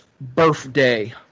birthday